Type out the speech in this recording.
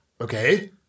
Okay